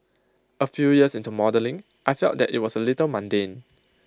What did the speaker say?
A few years into modelling I felt that IT was A little mundane